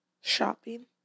Shopping